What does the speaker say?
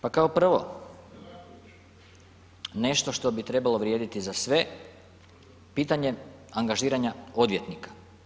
Pa kao prvo, nešto što bi trebalo vrijediti za sve, pitanje angažiranja odvjetnika.